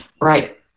Right